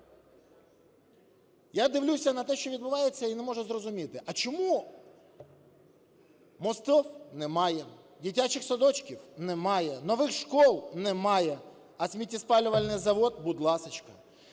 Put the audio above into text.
Я дивлюся на те, що відбувається, і не можу зрозуміти, а чому мостів немає, дитячих садочків немає, нових шкіл немає, а сміттєспалювальний завод – будь ласочка.